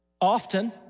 often